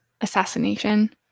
assassination